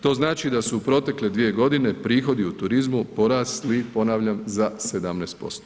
To znači da su protekle dvije godine prihodi u turizmu porasli ponavljam za 17%